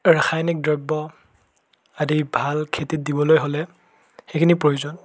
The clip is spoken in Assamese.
ৰাসায়নিক দ্ৰব্য আদি ভাল খেতিত দিবলৈ হ'লে সেইখিনি প্ৰয়োজন